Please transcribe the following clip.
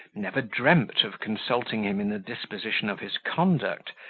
never dreamt of consulting him in the disposition of his conduct,